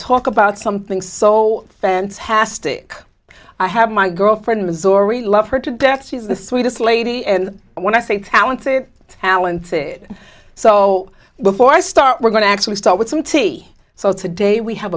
talk about something so fantastic i have my girlfriend mazhar we love her to death she's the sweetest lady and when i say talented how and so before i start we're going to actually start with some tea so today we have